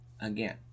again